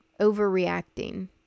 overreacting